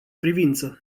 privință